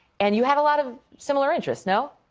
and you had a lot of similar interests. no?